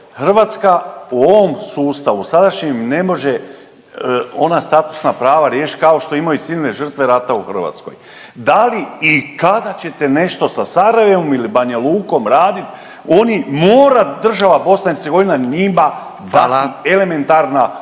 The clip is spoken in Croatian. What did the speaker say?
Hrvatska po ovom sustavu sadašnjem ne može ona statusna prava riješiti kao što imaju civilne žrtve rata u Hrvatskoj. Da li i kada ćete nešto sa Sarajevom ili Banja Lukom raditi, oni mora država BiH njima dati .../Upadica: